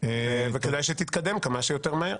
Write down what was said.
וכדאי שתתקדם כמה שיותר מהר,